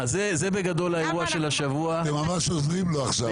זה הפך להיות מנהג כאשר כל מנהג אומרים לי חכה,